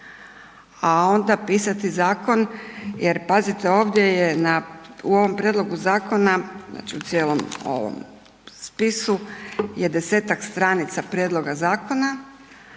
a onda pisati zakon. Jer pazite ovdje je u ovom prijedlogu zakona, znači u cijelom ovom spisu, je 10-tak stranica prijedloga zakona,